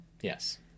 Yes